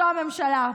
זו הממשלה.